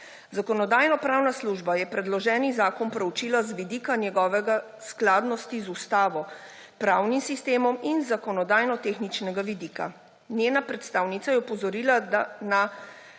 Zakonodajno-pravna služba je predloženi zakon proučila z vidika njegove skladnosti z ustavo, pravnim sistemom in z zakonodajno tehničnega vidika. Njena predstavnica je opozorila na